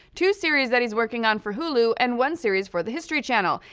two series that he's working on for hulu, and one series for the history channel.